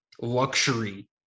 luxury